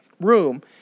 room